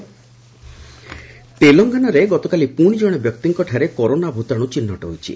Telangana corona ତେଲଙ୍ଗାନାରେ ଗତକାଲି ପୁଣି ଜଣେ ବ୍ୟକ୍ତିଙ୍କଠାରେ କରୋନା ଭୂତାଣୁ ଚିହ୍ନଟ ହୋଇଛି